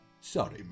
Sorry